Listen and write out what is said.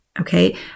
okay